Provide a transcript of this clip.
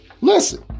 Listen